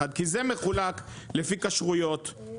הם יכולים לעשות כל הסכם קניה ומכירה שהם רוצים.